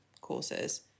courses